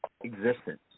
existence